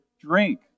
drink